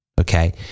Okay